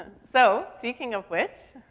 so speaking of which,